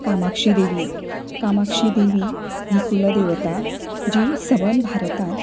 कामाक्षी देवी कामाक्षी देवी ही कुलदेवता जी संबद भारतांत